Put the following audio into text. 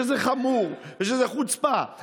אין שום צורך להשתמש באלימות הזאת.